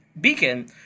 beacon